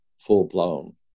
full-blown